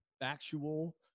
factual